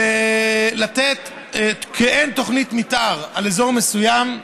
לתת מעין תוכנית מתאר על אזור מסוים,